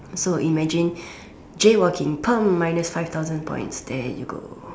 so imagine jaywalking paam minus five thousand points there you go